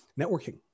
networking